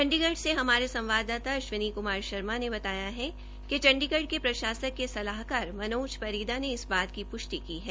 चंडीगढ़ से हमारे संवाददाता अश्विनी क्मार शर्मा ने बताया है कि चंडीगढ़ क प्रशासक के सलाहकार मनोज परीदा ने इस बात की पृष्टि की है